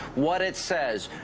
what it says.